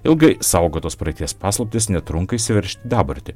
ilgai saugotos praeities paslaptys netrunka įsiveržti į dabartį